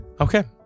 Okay